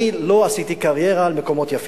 אני לא עשיתי קריירה על מקומות יפים,